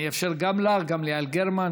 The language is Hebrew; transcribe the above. אני אאפשר גם לך, וגם ליעל גרמן.